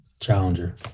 Challenger